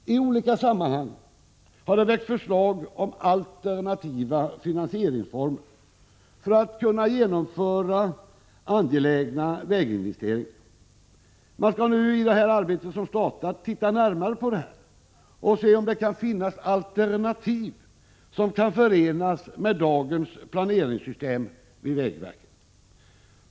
I olika sammanhang har det väckts förslag om alternativa finansieringsformer, för att kunna genomföra angelägna väginvesteringar. Man skall nu i det arbete som startat titta närmare på det här och se om det kan finnas alternativ som kan förenas med dagens planeringssystem vid vägverket.